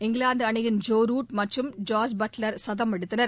இங்கிலாந்து அணியின் Joe Root மற்றும் Jos Buttler சதம் அடித்தனர்